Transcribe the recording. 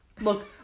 Look